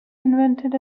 invented